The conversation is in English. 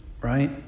right